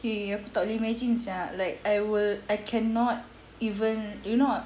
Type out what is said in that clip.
eh aku tak boleh imagine sia like I will I cannot even you know